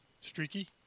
Streaky